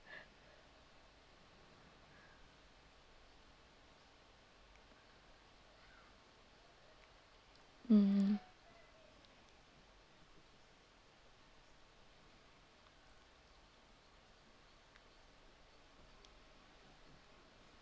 mm